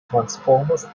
transformers